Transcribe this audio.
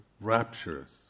rapturous